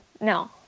No